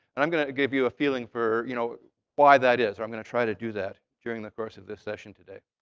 and i'm going to give you a feeling for you know why that is. so i'm going to try to do that during the course of this session today.